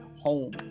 home